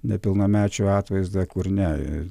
nepilnamečių atvaizdą kur ne